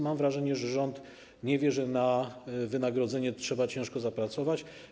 Mam wrażenie, że rząd nie wie, że na wynagrodzenie trzeba ciężko zapracować.